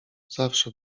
zawsze